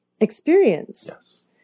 experience